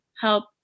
help